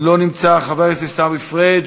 לא נמצא, חבר הכנסת עיסאווי פריג'